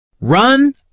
Run